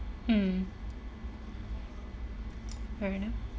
mm fair enough